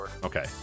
Okay